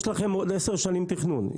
יש לכם עוד עשר שנים תכנון,